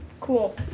Cool